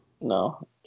No